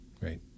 right